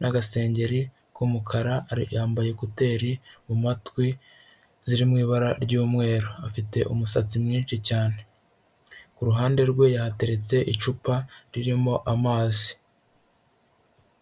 n'agasengeri k'umukara, yambaye ekuteri mu matwi ziri mu ibara ry'umweru, afite umusatsi mwinshi cyane ku ruhande rwe yateretse icupa ririmo amazi.